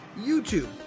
YouTube